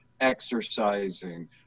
exercising